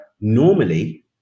normally